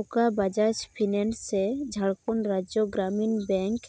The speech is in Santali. ᱚᱠᱟ ᱵᱟᱡᱟᱡᱽ ᱯᱷᱤᱱᱟᱱᱥ ᱥᱮ ᱡᱷᱟᱲᱠᱷᱚᱸᱰ ᱨᱟᱡᱽᱡᱚ ᱜᱨᱟᱢᱤᱱ ᱵᱮᱝᱠ